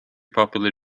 popular